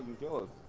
killer